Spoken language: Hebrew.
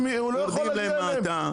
הוא לא יכול להגיע אליהם,